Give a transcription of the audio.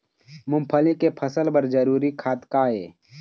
मूंगफली के फसल बर जरूरी खाद का ये?